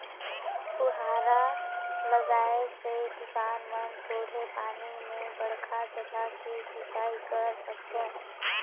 फुहारा लगाए से किसान मन थोरहें पानी में बड़खा जघा के सिंचई कर सकथें